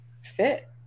fit